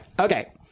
Okay